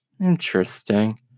Interesting